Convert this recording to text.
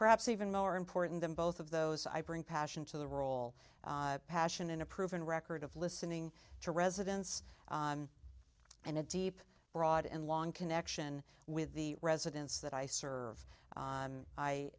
perhaps even more important than both of those i bring passion to the role passion in a proven record of listening to residents and a deep broad and long connection with the residents that i serve